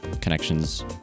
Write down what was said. connection's